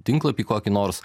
tinklapį kokį nors